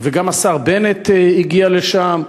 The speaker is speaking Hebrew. וגם השר בנט הגיע לשם,